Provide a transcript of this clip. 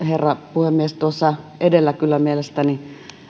puhemies tuossa edellä kyllä mielestäni